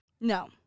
No